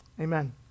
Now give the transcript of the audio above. Amen